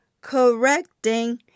correcting